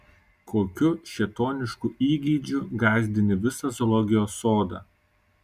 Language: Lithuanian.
kokiu šėtonišku įgeidžiu gąsdini visą zoologijos sodą